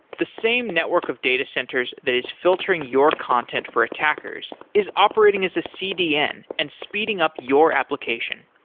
the same network of datacenters that is filtering your content for attackers is operating as a cdn and speeding up your application.